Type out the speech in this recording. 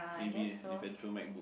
maybe eh eventual MacBook